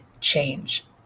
change